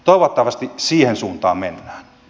toivottavasti siihen suuntaan mennään